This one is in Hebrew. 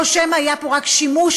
או שמא היה פה רק שימוש,